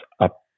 up